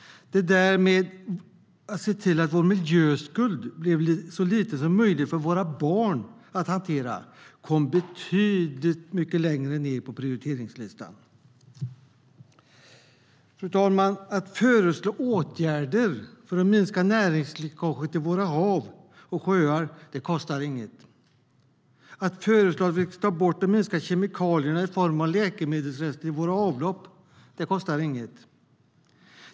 Det där med att se till att vår miljöskuld skulle bli så liten som möjligt för våra barn att hantera kom betydligt längre ned på prioriteringslistan. Fru talman! Att föreslå åtgärder för att minska näringsläckaget till våra hav och sjöar kostar inget. Att föreslå att vi ska ta bort eller minska kemikalierna i form av läkemedelsrester i våra avlopp kostar inget.